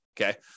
okay